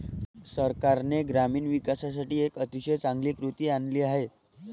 सरकारने ग्रामीण विकासासाठी एक अतिशय चांगली कृती आणली आहे